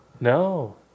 No